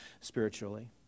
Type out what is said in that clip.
spiritually